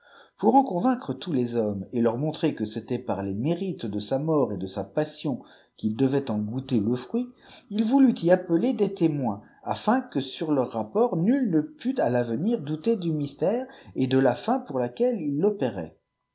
pour en convaincre tous les hommes et leur montrer que c'était par les mérites de sa mort et de sa passion qu'ils devaient en goûter le fruit il voulut y appeler des témoins afin que sur leur rapport nul ne pût à l'avenir douter du mystère et de la fin pour laquelle il l'opérait